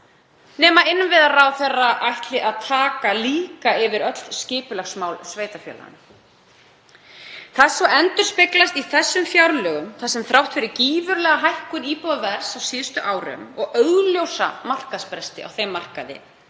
nema innviðaráðherra ætli líka að taka yfir öll skipulagsmál sveitarfélaganna. Það endurspeglast svo í þessum fjárlögum þar sem, þrátt fyrir gífurlega hækkun íbúðaverðs á síðustu árum og augljósa markaðsbresti á þeim markaði,